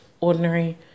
ordinary